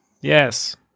Yes